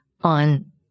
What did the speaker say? on